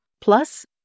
Plus